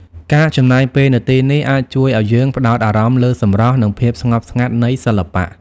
ការចំណាយពេលនៅទីនេះអាចជួយឲ្យយើងផ្តោតអារម្មណ៍លើសម្រស់ និងភាពស្ងប់ស្ងាត់នៃសិល្បៈ។